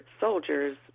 soldiers